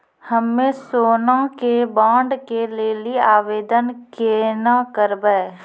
हम्मे सोना के बॉन्ड के लेली आवेदन केना करबै?